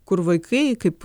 kur vaikai kaip